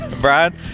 Brian